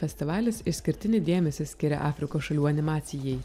festivalis išskirtinį dėmesį skiria afrikos šalių animacijai